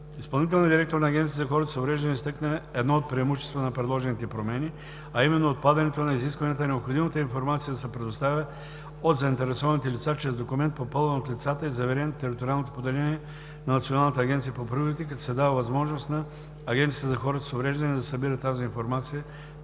Изпълнителният директор на Агенцията за хората с увреждания изтъкна едно от преимуществата на предложените промени, а именно отпадането на изискванията необходимата информация да се предоставя от заинтересованите лица чрез документ, попълван от лицата и заверен в териториалните поделения на Националната агенция за приходите, като се дава възможност на Агенцията за хората с увреждания да събира тази информация